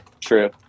true